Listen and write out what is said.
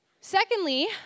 Secondly